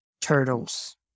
turtles